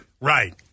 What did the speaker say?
Right